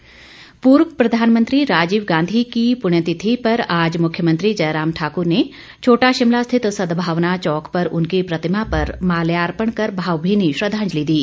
राजीव गांधी पूर्व प्रधानमंत्री राजीव गांधी की पुण्यतिथि पर आज मुख्यमंत्री जयराम ठाकुर ने छोटा शिमला स्थित सदभावना चौक पर उनकी प्रतिमा पर माल्यार्पण कर भावभीनी श्रद्धांजलि दी